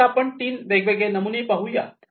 आता आपण तीन वेगवेगळे नमुने पाहुयात